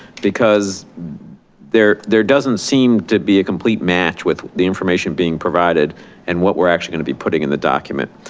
because there there doesn't seem to be a complete match with the information being provided and what we're actually going to be putting in the document.